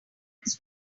bags